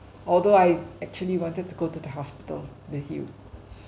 although I actually wanted to go to the hospital with you